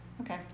Okay